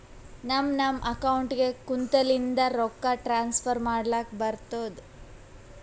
ನಮ್ ನಮ್ ಅಕೌಂಟ್ಗ ಕುಂತ್ತಲಿಂದೆ ರೊಕ್ಕಾ ಟ್ರಾನ್ಸ್ಫರ್ ಮಾಡ್ಲಕ್ ಬರ್ತುದ್